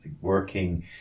working